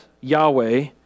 Yahweh